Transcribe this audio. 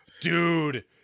Dude